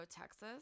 Texas